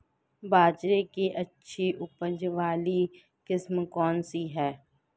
बाजरे की अच्छी उपज वाली किस्म कौनसी है?